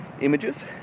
images